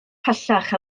pellach